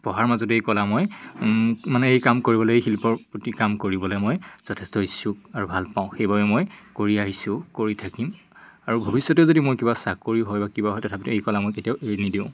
পঢ়াৰ মাজতে এই কলা মই মানে এই কাম কৰিবলৈ এই শিল্পৰ প্ৰতি কাম কৰিবলে মই যথেষ্ট ইচ্ছুক আৰু ভাল পাওঁ সেইবাবে মই কৰি আহিছোঁ কৰি থাকিম আৰু ভৱিষ্যতেও যদি মই কিবা চাকৰি হয় বা কিবা হয় তথাপিতো এই কলা মই কেতিয়াও এৰি নিদিওঁ